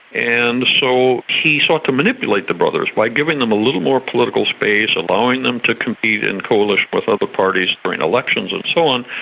and so he sought to manipulate the brothers by giving them a little more political space, allowing them to compete in coalition with other parties during elections and so on,